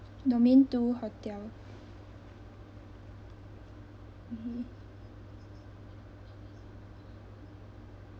domain two hotel mmhmm